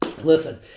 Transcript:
Listen